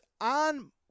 on